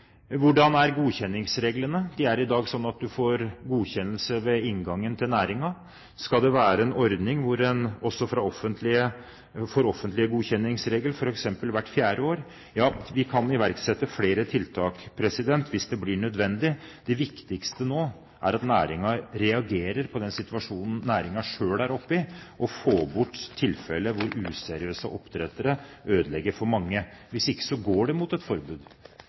Hvordan er godkjenningsreglene? Det er i dag slik at man får godkjennelse ved oppstart i næringen. Skal det være en ordning hvor en også får regler for offentlig godkjenning, f.eks. hvert fjerde år? Ja, vi kan iverksette flere tiltak hvis det blir nødvendig. Det viktigste nå er at næringen reagerer på den situasjonen den er oppe i, og får bort tilfeller hvor useriøse oppdrettere ødelegger for mange. Hvis ikke, går det mot et forbud.